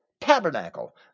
tabernacle